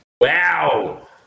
Wow